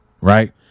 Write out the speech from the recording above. Right